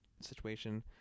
situation